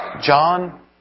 John